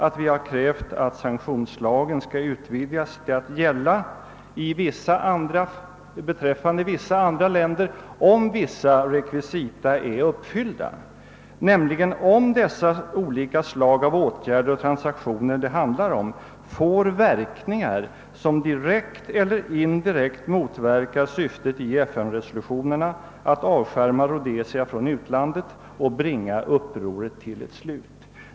Vi har krävt att sanktionslagen skall utvidgas till att gälla beträffande vissa andra länder, om vissa rekvisita är uppfyllda, nämligen om dessa olika slag av åtgärder och transaktioner som det handlar om får verkningar som direkt eller indirekt motverkar syftet i FN-resolutionerna att avskärma Rhodesia från utlandet och bringa upproret till ett slut.